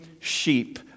sheep